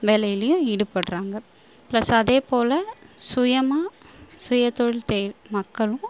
வேலையிலையும் ஈடுப்படுறாங்க ப்ளஸ் அதே போல சுயமாக சுயதொழில் தே மக்களும்